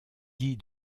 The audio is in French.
dit